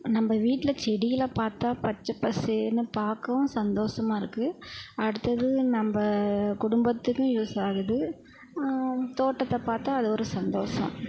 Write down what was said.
நம்ப வீட்டில் செடிகளை பார்த்தா பச்சை பசேர்ன்னு பார்க்கவும் சந்தோஸமாக இருக்கு அடுத்தது நம்ப குடும்பத்துக்கும் யூஸ் ஆகுது தோட்டத்தை பார்த்தா அது ஒரு சந்தோசம்